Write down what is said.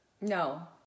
No